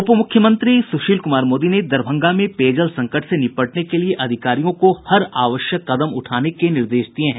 उप मुख्यमंत्री सुशील कुमार मोदी ने दरभंगा में पेयजल संकट से निपटने के लिये अधिकारियों को हर आवश्यक कदम उठाने का निर्देश दिया है